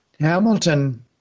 Hamilton